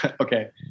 okay